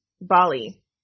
Bali